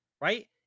right